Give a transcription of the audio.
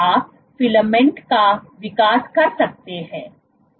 आप फिलामेंट का विकास कर सकते हैं